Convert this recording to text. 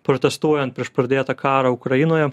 protestuojant prieš pradėtą karą ukrainoje